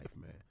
man